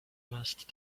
must